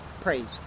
praised